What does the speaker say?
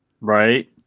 Right